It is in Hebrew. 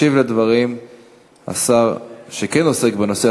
ישיב על הדברים השר שכן עוסק בנושא,